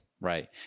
right